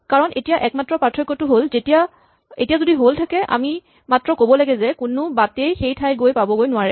কাৰণ এতিয়া একমাত্ৰ পাৰ্থক্যটো হ'ল এতিয়া যদি হল থাকে আমি মাত্ৰ ক'ব লাগে যে কোনো বাটেই সেই ঠাই গৈ পাবগৈ নোৱাৰে